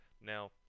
now